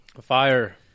Fire